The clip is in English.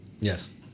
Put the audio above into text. Yes